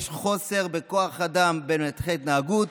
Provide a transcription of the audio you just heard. יש חוסר בכוח אדם של מנתחי התנהגות,